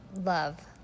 love